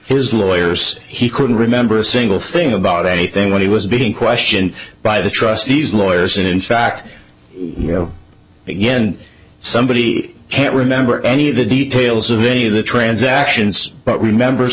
his lawyers he couldn't remember a single thing about anything when he was being questioned by the trustees lawyers and in fact you know again somebody can't remember any of the details of a of the transactions but remembers